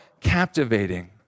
captivating